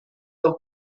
los